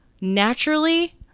Naturally